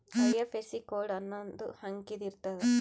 IFSC code ಅನ್ನೊಂದ್ ಅಂಕಿದ್ ಇರುತ್ತ